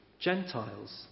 Gentiles